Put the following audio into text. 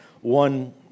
one